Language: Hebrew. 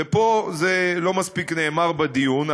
וזה לא נאמר מספיק פה בדיון,